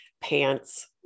pants